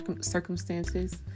circumstances